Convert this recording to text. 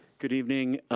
good evening,